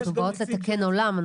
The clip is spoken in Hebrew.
אנחנו באות לתקן עולם,